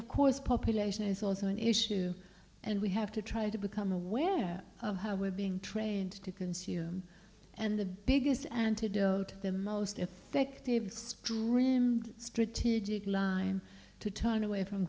of course population is also an issue and we have to try to become aware of how we're being trained to consume and the biggest antidote the most effective stream strategic line to turn away from